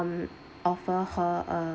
offer her a